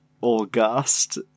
august